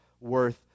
worth